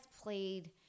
played